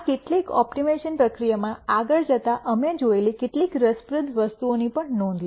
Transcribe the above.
આ કેટલીક ઓપ્ટિમાઇઝેશન પ્રક્રિયામાં આગળ જતા અમે જોયેલી કેટલીક રસપ્રદ વસ્તુઓની પણ નોંધ લો